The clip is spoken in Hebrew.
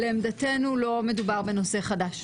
לעמדתנו לא מדובר בנושא חדש.